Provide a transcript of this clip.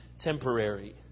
temporary